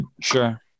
Sure